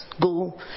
go